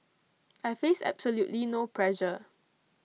I face absolutely no pressure